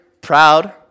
proud